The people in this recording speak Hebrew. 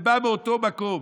זה בא מאותו מקום.